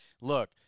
look